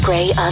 Gray